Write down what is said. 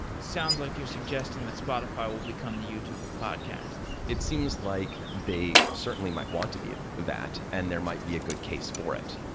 sounds like you're suggesting that spotify will become the youtube of podcasts it seems like they certainly might want to be that, and there might be a good case for it.